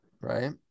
Right